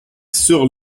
sur